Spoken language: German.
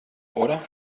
oder